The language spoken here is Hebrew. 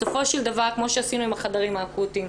בסופו של דבר כמו שעשינו עם החדרים האקוטיים,